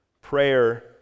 Prayer